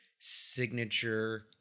signature